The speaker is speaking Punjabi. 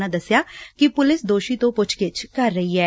ਉਨ੍ਹਾਂ ਦਸਿਆ ਕਿ ਪੁਲਿਸ ਦੋਸ਼ੀ ਤੋਂ ਪੁੱਛਗਿੱਛ ਕਰ ਰਹੀ ਏ